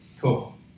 Cool